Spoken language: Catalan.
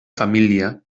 família